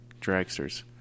dragsters